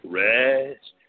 rest